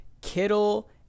Kittle